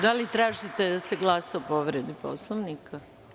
Da li tražite da se glasa o povredi Poslovnika?